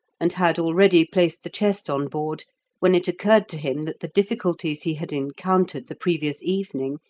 and had already placed the chest on board when it occurred to him that the difficulties he had encountered the previous evening,